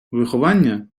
виховання